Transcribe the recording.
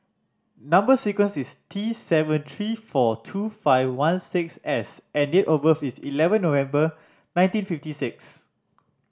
number sequence is T seven three four two five one six S and date of birth is eleven November nineteen fifty six